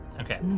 Okay